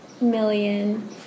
million